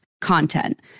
content